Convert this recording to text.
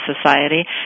society